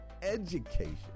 education